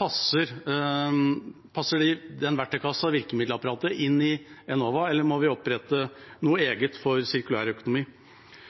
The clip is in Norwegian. Passer den verktøykassa og det virkemiddelapparatet inn i Enova, eller må vi opprette noe